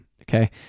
Okay